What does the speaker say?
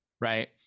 right